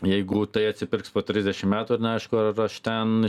jeigu tai atsipirks po trisdešim metų ir neaišku ar aš ten